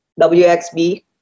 WXB